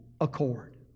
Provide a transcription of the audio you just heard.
accord